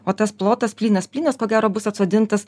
o tas plotas plynas plynas ko gero bus atsodintas